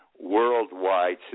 worldwide